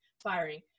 firing